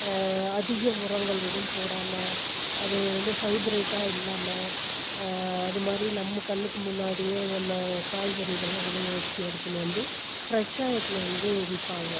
அதிக உரங்கள் எதுவும் போடாமல் அது வந்து ஹைபிரெட்டாக இல்லாமல் அது மாதிரி நம்ம கண்ணுக்கு முன்னாடியே அந்த காய்கறிகள்லாம் விளைய வச்சு எடுத்துன்னு வந்து ஃப்ரஸ்ஷாக எடுத்துன்னு வந்து வைப்பாங்க